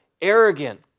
arrogant